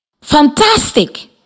Fantastic